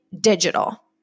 digital